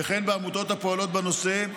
וכן עמותות הפועלות בנושא,